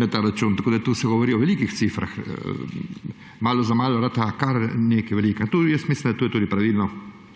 na ta račun. Tako da tu se govori o velikih cifrah, malo po malo postane kar nekaj velikega. Mislim, da je to tudi pravilno,